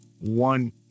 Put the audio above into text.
one